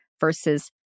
versus